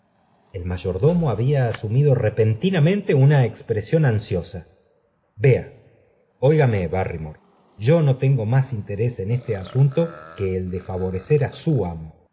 y rdomo había asumido repentinamente una expresión ansiosa inwcf oíg mc barr ymore yo no tengo más amoyzz qu f el de florecer á su amo